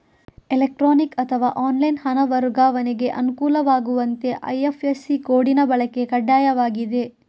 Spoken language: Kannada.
ಎಲೆಕ್ಟ್ರಾನಿಕ್ ಅಥವಾ ಆನ್ಲೈನ್ ಹಣ ವರ್ಗಾವಣೆಗೆ ಅನುಕೂಲವಾಗುವಂತೆ ಐ.ಎಫ್.ಎಸ್.ಸಿ ಕೋಡಿನ ಬಳಕೆ ಕಡ್ಡಾಯವಾಗಿದೆ